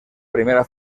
primera